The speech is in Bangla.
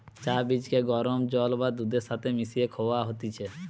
চা বীজকে গরম জল বা দুধের সাথে মিশিয়ে খায়া হতিছে